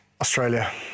Australia